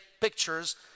pictures